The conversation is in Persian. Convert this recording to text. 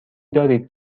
دارید